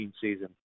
season